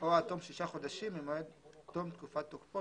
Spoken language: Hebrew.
או עד תום שישה חודשים ממועד תום תקופת תוקפו,